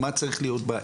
מה צריך להיות בה,